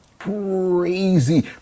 crazy